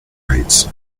rates